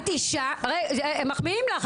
מחמיאים לך,